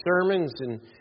sermons—and